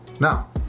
now